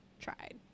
tried